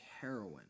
heroin